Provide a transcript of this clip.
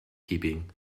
keeping